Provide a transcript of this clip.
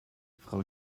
frau